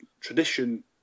tradition